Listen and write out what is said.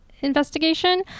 investigation